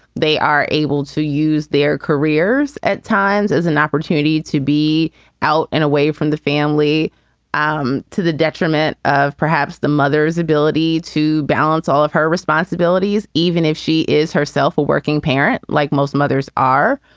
they are able to use their careers at times as an opportunity to be out and away from the family um to the detriment of perhaps the mother's ability to balance all of her responsibilities, even if she is herself a working parent like most mothers are.